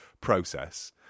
process